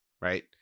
right